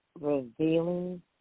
revealing